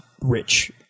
rich